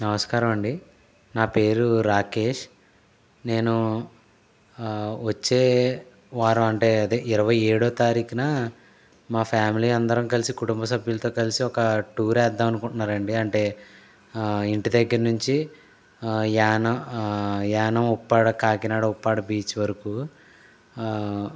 నమస్కారం అండి నా పేరు రాకేష్ నేను వచ్చే వారం అంటే అదే ఇరవై ఎడో తారీఖున మా ఫ్యామిలీ అందరం కలిసి కుటుంబ సభ్యులతో కలిసి ఒక టూర్ వెద్దాం అనుకుంటున్నారండి అంటే ఇంటి దగ్గర్నించి ఆ యానం ఆ యానం ఉప్పాడ కాకినాడ ఉప్పాడ బీచ్ వరకు